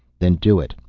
then do it.